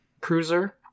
cruiser